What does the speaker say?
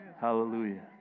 Hallelujah